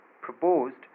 proposed